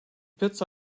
puts